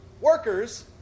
workers